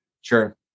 Sure